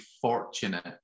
fortunate